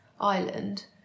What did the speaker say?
Island